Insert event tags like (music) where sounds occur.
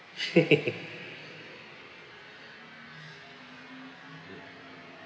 (laughs)